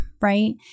right